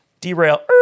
Derail